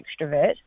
extrovert